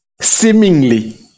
seemingly